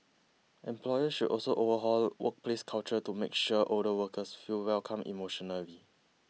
employers should also overhaul workplace culture to make sure older workers feel welcome emotionally